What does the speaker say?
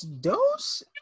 dos